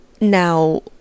Now